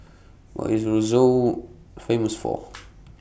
What IS Roseau Famous For